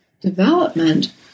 development